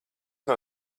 nav